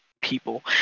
people